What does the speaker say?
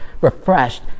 refreshed